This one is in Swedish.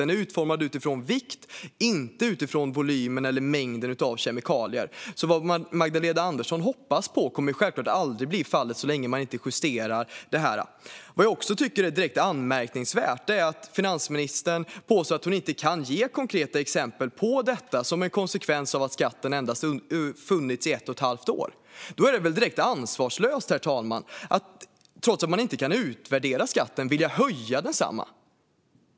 Den är utformad utifrån vikt, inte utifrån volymen eller mängden kemikalier. Vad Magdalena Andersson hoppas på kommer självklart aldrig att bli fallet så länge man inte gör en justering. Vad jag också tycker är direkt anmärkningsvärt är att finansministern påstår att hon inte kan ge konkreta exempel som en konsekvens av att skatten funnits i endast ett och ett halvt år. Då är det väl direkt ansvarslöst, herr talman, att trots att man inte kan utvärdera skatten vill höja densamma.